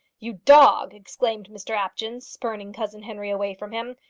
you dog! exclaimed mr apjohn, spurning cousin henry away from him.